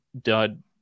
dud